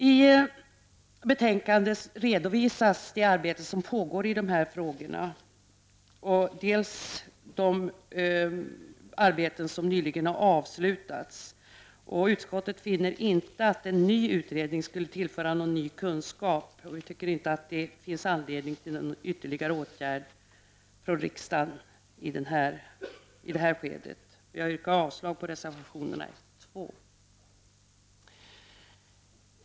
I betänkandet redovisas dels det arbete som pågår i dessa frågor, dels det arbete som nyligen avslutats. Utskottet finner inte att en ny utredning skulle tillföra någon ny kunskap. Inte heller vi tycker att det finns anledning till någon ytterligare åtgärd från riksdagens sida i detta skede. Jag yrkar avslag på reservationerna 1 och 2.